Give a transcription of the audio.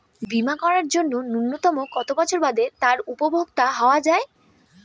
বীমা করার জন্য ন্যুনতম কত বছর বাদে তার উপভোক্তা হওয়া য়ায়?